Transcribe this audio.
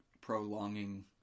prolonging